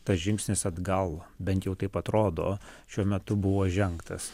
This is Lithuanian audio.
tas žingsnis atgal bent jau taip atrodo šiuo metu buvo žengtas